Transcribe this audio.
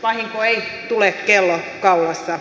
vahinko ei tule kello kaulassa